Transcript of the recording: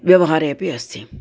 व्यवहारे अपि अस्ति